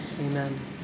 amen